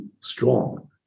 strong